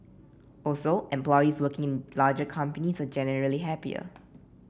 also employees working in larger companies are generally happier